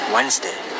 Wednesday